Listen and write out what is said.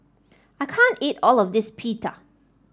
I can't eat all of this Pita